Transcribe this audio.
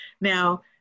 now